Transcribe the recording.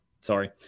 sorry